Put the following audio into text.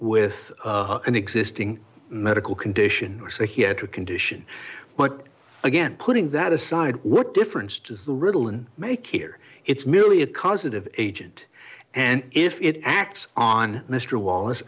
with an existing medical condition or say he had a condition but again putting that aside what difference does the ritalin make here it's merely a causative agent and if it acts on mr wallace